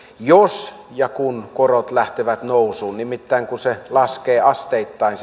jos ja kun korot lähtevät nousuun nimittäin kun se vähennysoikeus laskee asteittain